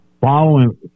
following